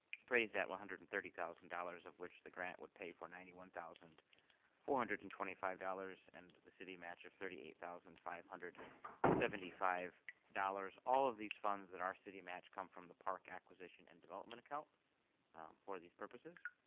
is appraised at one hundred and thirty thousand dollars of which the grant would pay for ninety one thousand four hundred and twenty five dollars and the city match of thirty eight thousand five hundred and seventy five dollars. all of these funds that are city matched come from the park acquisition and development account for these purposes.